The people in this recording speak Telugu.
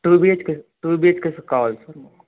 టూ బిహెచ్కె టూ బిహెచ్కె కావాలి సార్ మాకు